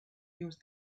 use